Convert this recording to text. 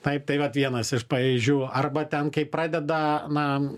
taip tai vat vienas iš pavyzdžių arba ten kai pradeda na